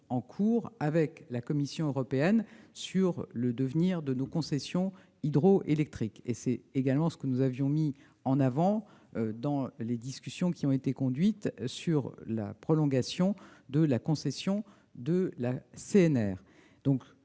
en cours avec la Commission européenne sur le devenir de nos concessions hydroélectriques. C'est également ce que nous avions mis en avant dans les discussions qui ont été conduites sur la prolongation de la concession de la CNR.